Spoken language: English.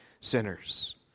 sinners